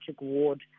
ward